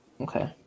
Okay